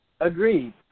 Agreed